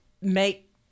make